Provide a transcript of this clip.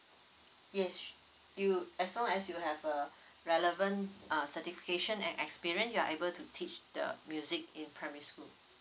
yes you as long as you have uh relevant uh certification and experience you are able to teach the music in primary school